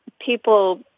people